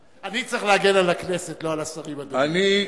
אני צריך להגן על הכנסת, לא על השרים, אדוני.